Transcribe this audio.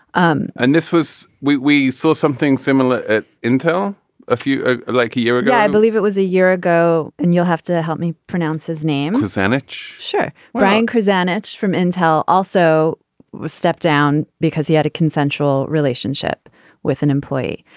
um and this was we we saw something similar at intel a few like a year ago i believe it was a year ago and you'll have to help me pronounce his name the sandwich. sure. brian cruzan it's from intel also was stepped down because he had a consensual relationship with an employee.